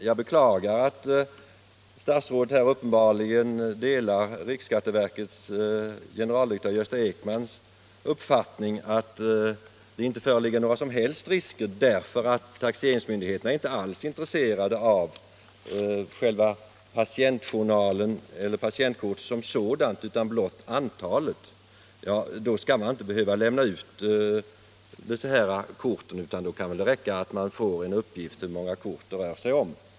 Jag beklagar att statsrådet uppenbarligen delar generaldirektör Gösta Ekmans i riksskatteverket uppfattning att det inte föreligger några som helst risker, därför att taxeringsmyndigheterna inte alls är intresserade av själva patientjournalen eller patientkorten utan blott av antalet. Men då skall man inte behöva lämna ut korten, utan då räcker det väl med en uppgift om hur många kort det rör sig om.